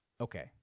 okay